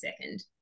second